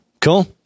Cool